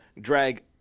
drag